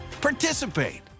participate